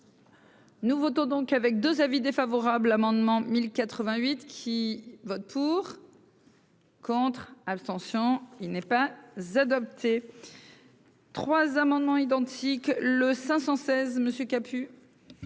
Nous votons donc avec 2 avis défavorables, amendement 1088 qui vote pour. Contre, abstention, il n'est pas, z'adopté. 3 amendements identiques, le 516 Monsieur